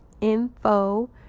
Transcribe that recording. info